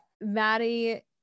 Maddie